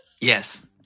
Yes